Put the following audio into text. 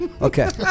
Okay